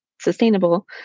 sustainable